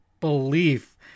belief